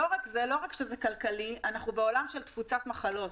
לא רק שזה כלכלי אלא אנחנו בעולם של תפוצת מחלות.